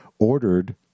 ordered